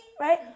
right